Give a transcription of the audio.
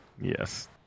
Yes